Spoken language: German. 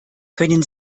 können